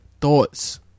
Thoughts